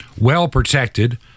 well-protected